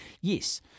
Yes